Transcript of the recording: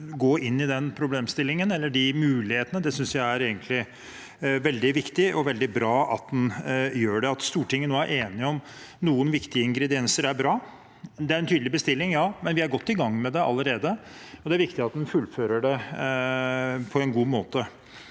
gå inn i den problemstillingen eller de mulighetene synes jeg egentlig er veldig viktig og veldig bra at en gjør, og at Stortinget nå er enig om noen viktige ingredienser, er bra. Det er en tydelig bestilling, ja, men vi er godt i gang med det allerede, og det er viktig at en fullfører det på en god måte.